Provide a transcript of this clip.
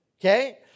okay